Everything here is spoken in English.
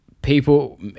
People